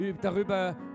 darüber